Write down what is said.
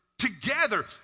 Together